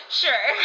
sure